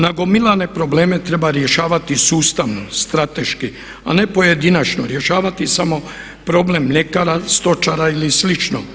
Nagomilane probleme treba rješavati sustavno, strateški a ne pojedinačno, rješavati samo problem mljekara, stočara ili slično.